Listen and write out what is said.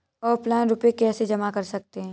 Offline रुपये कैसे जमा कर सकते हैं?